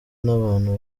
n’abantu